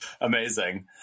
Amazing